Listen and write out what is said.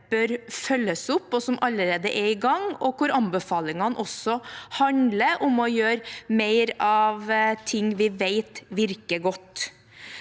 bør følges opp – det er allerede i gang – og hvor anbefalingene også handler om å gjøre mer av ting vi vet virker godt.